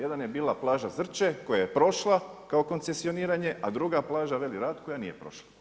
Jedan bila plaža Zrče, koja je prošla kao koncesioniranje, a druga plaža Veli Rat, koja nije prošla.